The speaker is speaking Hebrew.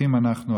אחים אנחנו,